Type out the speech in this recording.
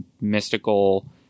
mystical